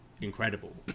incredible